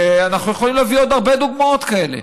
ואנחנו יכולים להביא עוד הרבה דוגמאות כאלה.